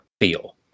feel